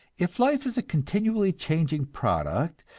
if life is a continually changing product,